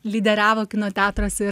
lyderiavo kino teatruos ir